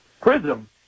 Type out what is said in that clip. prism